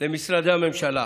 למשרדי הממשלה,